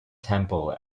temple